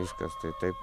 viskas taip taip